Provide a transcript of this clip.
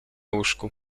łóżku